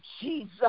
Jesus